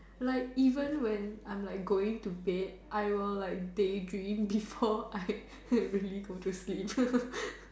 like even when I'm going to bed I will like day dream before I really go to sleep